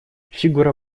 фигура